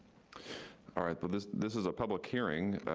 ah but this this is a public hearing.